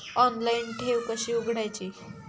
Online ठेव कशी उघडायची?